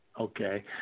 Okay